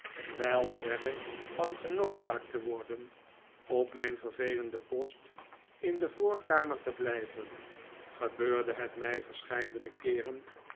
wel verre van genoodzaakt te worden op mijn vervelenden post in de voorkamer te blijven gebeurde het mij verscheidene keeren